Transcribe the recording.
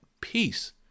peace